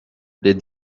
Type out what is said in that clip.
les